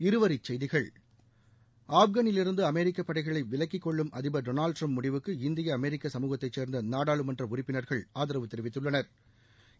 இருவரி செய்திகள் ஆப்கானிலிருந்து அமெிக்க படைகளை விலக்கிக் கொள்ளும் அதிபர் டொனாவ்ட் டரம்ப் முடிவுக்கு இந்திய அமெரிக்க சமூகத்தைச் சேர்ந்த நாடாளுமன்ற உறுப்பினர்கள் தெரிவித்துள்ளனா்